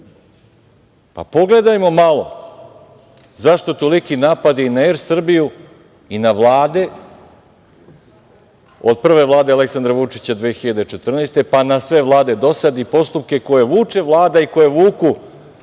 Petrović. Pogledajmo malo zašto toliki napadi i na „Er Srbiju“ i na vlade, od prve vlade Aleksandra Vučića 2014. godine, pa na sve vlade do sad i postupke koje vuče Vlada i koje vuku